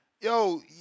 yo